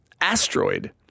asteroid